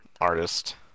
artist